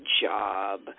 job